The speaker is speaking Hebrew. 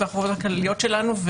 והחובות הכלליות שלנו,